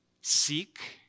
seek